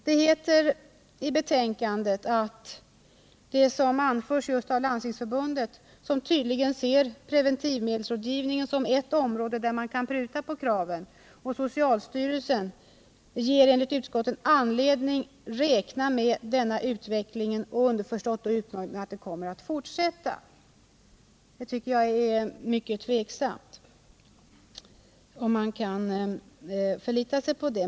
Det heter i betänkandet att det som anförs just av Landstingsförbundet, som tydligen ser preventivmedelsrådgivningen som ett område där man kan pruta på kraven, och av socialstyrelsen ”ger enligt utskottet anledning räkna med att denna utveckling” — underförstått utbyggnaden — ”också kommer att fortsätta”. Jag tycker det är mycket tvivelaktigt om man kan förlita sig på det.